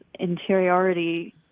interiority